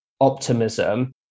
optimism